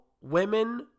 women